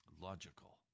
logical